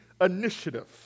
initiative